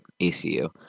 ACU